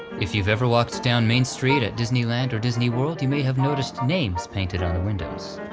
if you've ever walked down main street at disneyland or disney world, you may have noticed names painted on the windows.